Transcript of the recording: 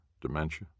Dementia